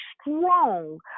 strong